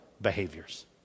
behaviors